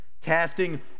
casting